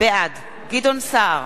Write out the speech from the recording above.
בעד גדעון סער,